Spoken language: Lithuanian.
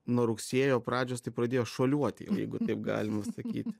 nuo rugsėjo pradžios tai pradėjo šuoliuoti jeigu taip galima sakyti